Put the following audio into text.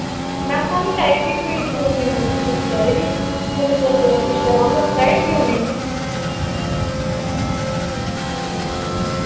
ma'am स्हानू चाहिदी कोई दो तिन दिन दी छुट्टी चाहिदी सिलेबस पिच्छे रोह्ना तुस कराइड़गे इड़गे उ'नें